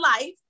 life